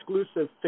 exclusive